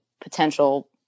potential